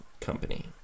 company